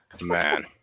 Man